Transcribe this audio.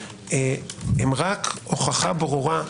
הם רק הוכחה ברורה,